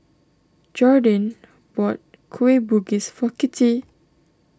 Jordin bought Kueh Bugis for Kittie